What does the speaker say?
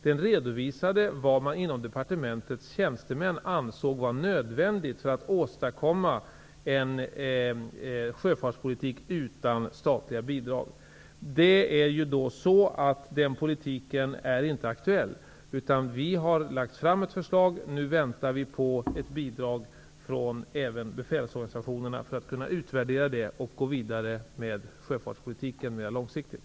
Den redovisade vad departementets tjänstemän ansåg var nödvändigt för att åstadkomma en sjöfartspolitik utan statliga bidrag. Den politiken är inte aktuell, utan vi har lagt fram ett förslag. Nu väntar vi på ett bidrag även från befälsorganisationerna för att kunna utvärdera det och gå vidare med sjöfartspolitiken mera långsiktigt.